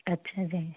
ਅੱਛਾ ਜੀ